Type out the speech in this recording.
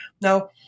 Now